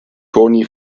toni